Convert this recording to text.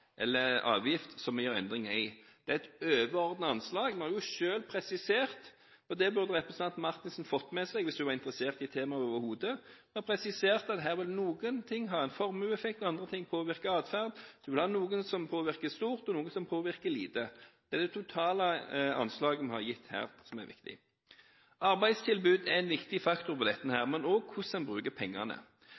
eller avgift som vi gjør endringer i. Det er et overordnet anslag. Vi har selv presisert – og det burde representanten Marthinsen ha fått med seg hvis hun er interessert i temaet overhodet – at her vil noen ting ha en formueseffekt, og andre ting vil påvirke atferd. Vi vil ha noen som påvirker stort, og noen som påvirker lite. Det er det totale anslaget vi har gitt her, som er viktig. Arbeidstilbud er en viktig faktor her, men også hvordan en bruker pengene.